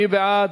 מי בעד?